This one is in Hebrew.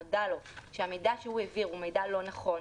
אם נודע לו שהמידע שהוא העביר הוא מידע לא נכון,